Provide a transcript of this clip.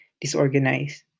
disorganized